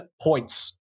points